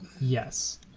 Yes